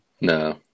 no